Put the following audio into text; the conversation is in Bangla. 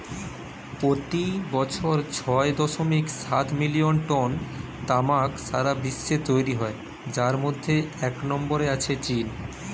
পোতি বছর ছয় দশমিক সাত মিলিয়ন টন তামাক সারা বিশ্বে তৈরি হয় যার মধ্যে এক নম্বরে আছে চীন